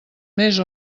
més